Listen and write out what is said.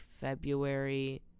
February